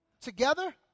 Together